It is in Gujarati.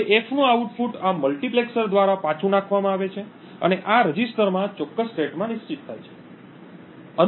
હવે F નું આઉટપુટ આ મલ્ટીપ્લેક્સર દ્વારા પાછું નાખવામાં આવે છે અને આ રજિસ્ટરમાં ચોક્કસ સ્ટેટમાં નિશ્ચિત થાય છે